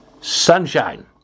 Sunshine